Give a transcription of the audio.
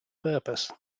purpose